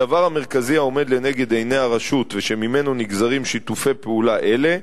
הדבר המרכזי העומד לנגד עיני הרשות ושממנו נגזרים שיתופי פעולה אלה,